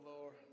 Lord